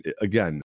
again